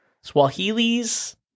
Swahilis